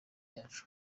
yacu